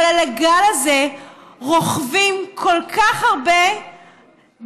אבל על הגל הזה רוכבים כל כך הרבה גלשנים,